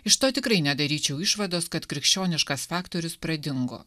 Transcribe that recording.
iš to tikrai nedaryčiau išvados kad krikščioniškas faktorius pradingo